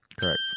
Correct